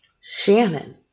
Shannon